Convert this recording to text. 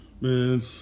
Man